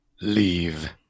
Leave